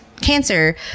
cancer